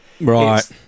Right